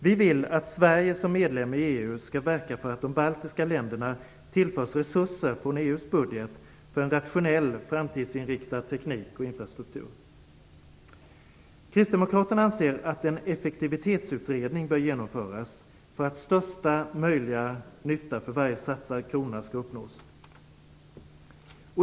Vi vill att Sverige som medlem i EU skall verka för att de baltiska länderna tillförs resurser från EU:s budget för en rationell, framtidsinriktad teknik och infrastruktur. Kristdemokraterna anser att en effektivitetsutredning bör genomföras för att största möjliga nytta för varje satsad krona skall uppnås.